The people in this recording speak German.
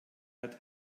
hat